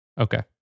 Okay